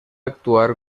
actuar